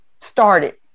started